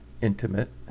intimate